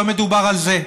לא מדובר על זה.